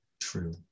true